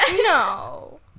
No